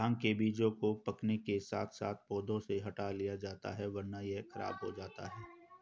भांग के बीजों को पकने के साथ साथ पौधों से हटा लिया जाता है वरना यह खराब हो जाता है